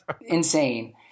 insane